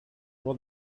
well